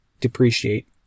depreciate